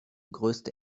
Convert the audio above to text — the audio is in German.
größte